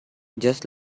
just